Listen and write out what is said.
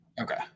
Okay